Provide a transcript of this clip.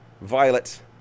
violet